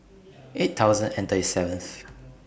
eight thousand and thirty seventh